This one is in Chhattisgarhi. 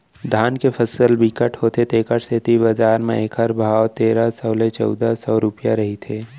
धान के फसल बिकट होथे तेखर सेती बजार म एखर भाव तेरा सव ले चउदा सव रूपिया रहिथे